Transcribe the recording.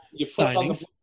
signings